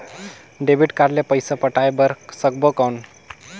Debit card ले पइसा पटाय बार सकबो कौन?